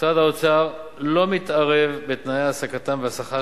משרד האוצר לא מתערב בתנאי ההעסקה והשכר